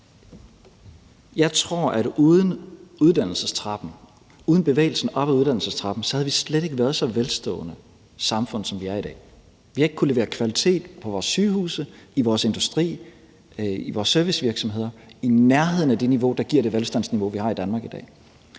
uden bevægelsen op ad uddannelsestrappen, havde vi slet ikke været så velstående et samfund, som vi er i dag. Vi havde ikke kunnet levere kvalitet på vores sygehuse, i vores industri, i vores servicevirksomheder i nærheden af det niveau, der giver det velstandsniveau, vi har i Danmark i dag.